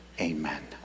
Amen